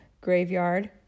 graveyard